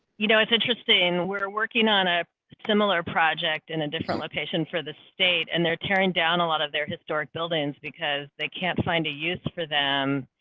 you know, it's interesting, we're working on a similar project in a different location for the state, and they're tearing down a lot of their historic buildings because they can't find a use for them.